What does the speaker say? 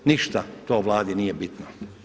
Ništa to Vladi nije bitno.